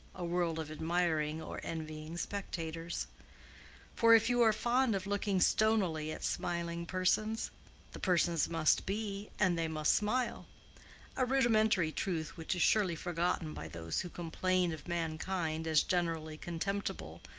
a world of admiring or envying spectators for if you are fond of looking stonily at smiling persons the persons must be and they must smile a rudimentary truth which is surely forgotten by those who complain of mankind as generally contemptible,